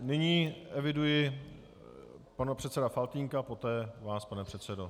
Nyní eviduji pana předsedu Faltýnka, poté vás, pane předsedo.